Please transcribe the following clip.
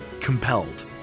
Compelled